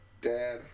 dad